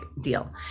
deal